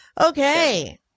Okay